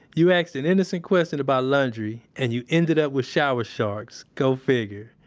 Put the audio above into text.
you asked an innocent question about laundry, and you ended up with shower sharks. go figure.